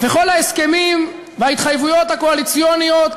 וכל ההסכמים וההתחייבויות הקואליציוניות